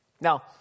Now